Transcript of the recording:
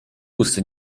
ust